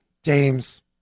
James